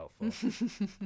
helpful